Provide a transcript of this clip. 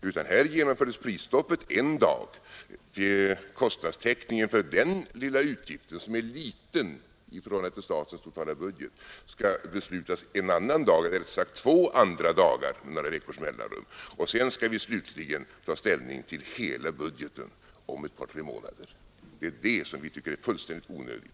Prisstoppet genomfördes en dag och kostnadstäckningen för denna utgift, som är liten i förhållande till statens totala budget, skall beslutas en annan dag — eller rättare sagt två andra dagar med några veckors mellanrum — och sedan skall vi slutligen ta ställning till hela budgeten om ett par tre månader. Det är det som vi tycker är fullständigt onödigt.